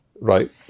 Right